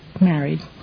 married